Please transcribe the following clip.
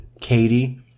Katie